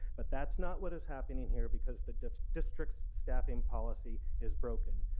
but that's not what is happening here because the district's staffing policy is broken.